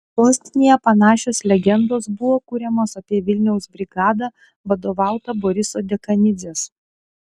sostinėje panašios legendos buvo kuriamos apie vilniaus brigadą vadovautą boriso dekanidzės